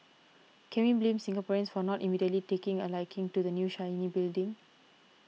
can we blame Singaporeans for not immediately taking a liking to the new shiny building